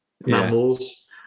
mammals